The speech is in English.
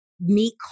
meat